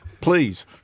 Please